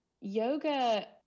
yoga